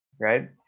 right